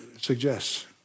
suggests